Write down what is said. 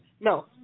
No